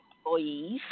employees